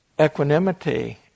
equanimity